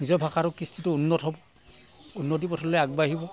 নিজৰ ভাষাটো কৃষ্টিটো উন্নত হ'ব উন্নতি পথলৈ আগবাঢ়িব